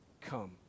come